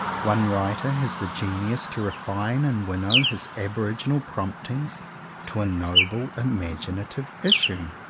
one writer has the genius to refine and winnow his aboriginal promptings to a noble imaginative issue.